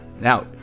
now